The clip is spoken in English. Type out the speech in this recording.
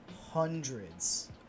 hundreds